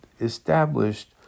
established